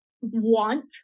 want